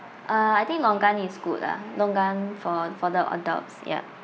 uh I think longan is good ah longan for for the adults yup